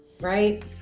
right